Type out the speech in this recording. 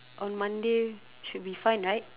on Monday should be fine right